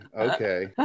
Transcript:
Okay